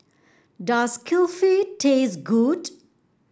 does Kulfi taste good